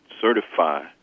certify